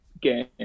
game